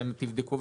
שתבדקו,